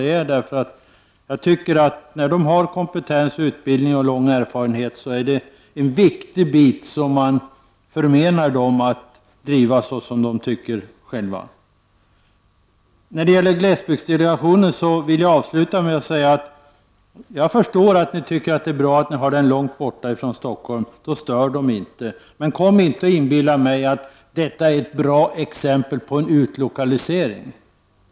Det är viktigt att inte förmena de kvinnor som har utbildning, kompetens och lång erfarenhet att själva driva sådan verksamhet. Jag vill avsluta med att säga att jag förstår att ni tycker att det är bra att ha glesbygdsdelegationen långt borta ifrån Stockholm, för då stör den inte. Men kom inte och inbilla mig att detta är ett bra exempel på en utlokalisering!